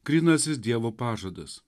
grynasis dievo pažadas